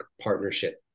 partnership